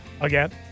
again